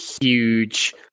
huge